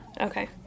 Okay